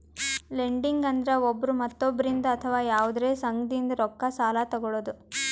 lending ಅಂದ್ರ ಒಬ್ರ್ ಮತ್ತೊಬ್ಬರಿಂದ್ ಅಥವಾ ಯವಾದ್ರೆ ಸಂಘದಿಂದ್ ರೊಕ್ಕ ಸಾಲಾ ತೊಗಳದು